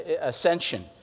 ascension